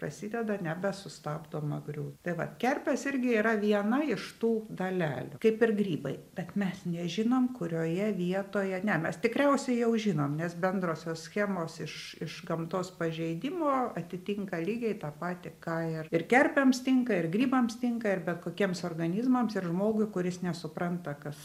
prasideda nebesustabdoma griū tai vat kerpės irgi yra viena iš tų dalelių kaip ir grybai bet mes nežinom kurioje vietoje ne mes tikriausiai jau žinom nes bendrosios schemos iš iš gamtos pažeidimo atitinka lygiai tą patį ką ir ir kerpėms tinka ir grybams tinka ir bet kokiems organizmams ir žmogui kuris nesupranta kas